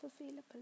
available